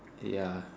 ya